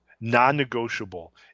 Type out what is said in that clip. non-negotiable